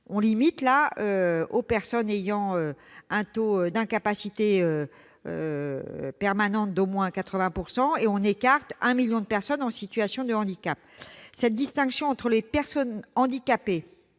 de la mesure aux personnes présentant un taux d'incapacité permanente d'au moins 80 % et on écarte 1 million de personnes en situation de handicap. Cette distinction entre personnes en